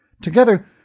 Together